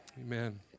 Amen